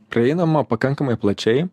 prieinama pakankamai plačiai